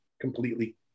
completely